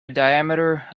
diameter